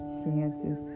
chances